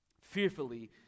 Fearfully